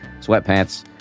sweatpants